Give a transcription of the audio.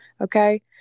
okay